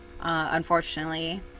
unfortunately